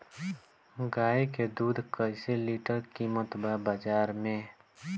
गाय के दूध कइसे लीटर कीमत बा बाज़ार मे?